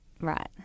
Right